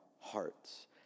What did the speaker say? hearts